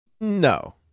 No